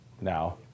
now